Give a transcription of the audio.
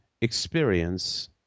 experience